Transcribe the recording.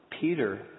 Peter